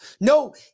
No